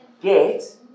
get